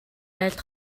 айлд